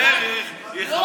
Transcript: שמורי הדרך יחפשו